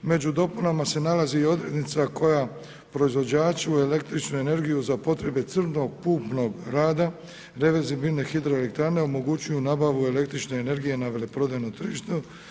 Među dopunama se nalazi i odrednica koja proizvođaču električne energiju za potrebe cjelokupnog rada reverzibilne hidroelektrane omogućuju nabavu električne energije na veleprodajnom tržištu.